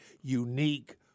unique